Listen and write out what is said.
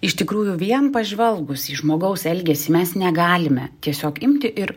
iš tikrųjų vien pažvelgus į žmogaus elgesį mes negalime tiesiog imti ir